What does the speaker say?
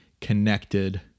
connected